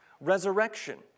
resurrection